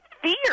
Fear